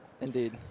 Indeed